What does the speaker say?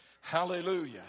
Hallelujah